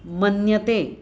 मन्यते